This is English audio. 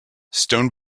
stone